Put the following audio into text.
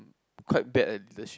quite bad at leadership